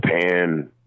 Japan